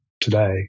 today